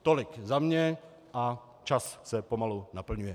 Tolik za mě, a čas se pomalu naplňuje.